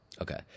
Okay